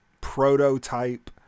prototype